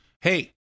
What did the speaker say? Hey